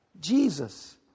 Jesus